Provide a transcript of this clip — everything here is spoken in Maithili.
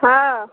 हँ